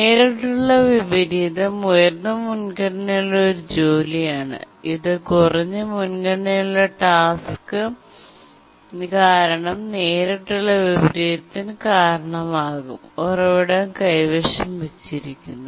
നേരിട്ടുള്ള വിപരീതം ഉയർന്ന മുൻഗണനയുള്ള ഒരു ജോലിയാണ് ഇത് കുറഞ്ഞ മുൻഗണനയുള്ള ടാസ്ക് കാരണം നേരിട്ടുള്ള വിപരീതത്തിന് വിധേയമാകും ഉറവിടം കൈവശം വച്ചിരിക്കുന്നു